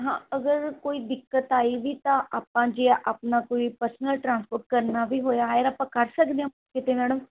ਹਾਂ ਅਗਰ ਕੋਈ ਦਿੱਕਤ ਆਈ ਵੀ ਤਾਂ ਆਪਾਂ ਜੇ ਆਪਣਾ ਕੋਈ ਪਰਸਨਲ ਟਰਾਂਸਪੋਟ ਕਰਨਾ ਵੀ ਹੋਇਆ ਹਾਇਰ ਆਪਾਂ ਕਰ ਸਕਦੇ ਹਾਂ ਕਿਤੇ ਮੈਡਮ